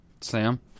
Sam